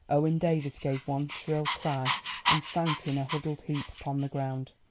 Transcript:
owen davies gave one shrill cry and sank in a huddled heap upon the ground.